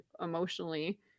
emotionally